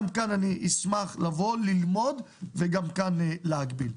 גם כאן אשמח לבוא וללמוד וגם כאן להגביל.